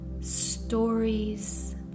stories